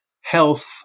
health